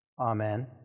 amen